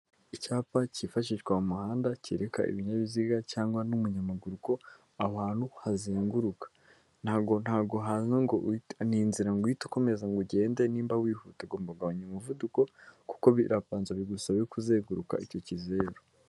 Icyapa cyifashishwa mu muhanda, kereka ibinyabiziga cyangwa n'umunyamaguru ko aho ahantu hazenguruka ntago uhanga ngo ni inzira ngo uhite ukomeza ngo ugende nimba wihuta, ugomba kugabanya umuvuduko kuko birapanze bigusabe kuzenguruka icyo kizeru.